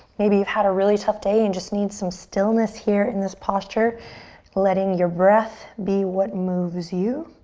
maybe you had a really tough day and just need some stillness here in this posture letting your breath be what moves you.